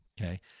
okay